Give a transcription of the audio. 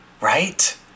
right